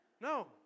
no